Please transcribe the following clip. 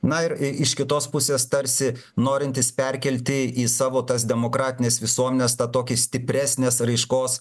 na ir iš kitos pusės tarsi norintys perkelti į savo tas demokratines visuomenes tą tokį stipresnės raiškos